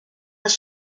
das